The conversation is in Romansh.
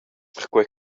perquei